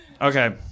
Okay